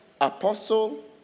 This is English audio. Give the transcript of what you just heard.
apostle